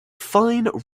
fine